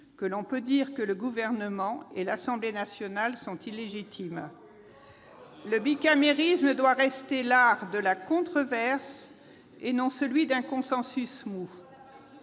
que l'on peut dire que le Gouvernement et l'Assemblée nationale sont illégitimes. Le bicamérisme doit rester l'art de la controverse, et non celui du consensus mou.